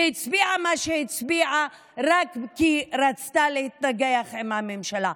שהצביעה מה שהצביעה רק כי רצתה להתנגח עם הממשלה.